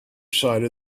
side